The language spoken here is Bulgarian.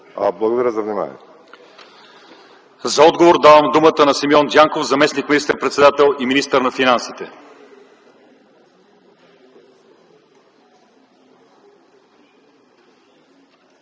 Благодаря за вниманието.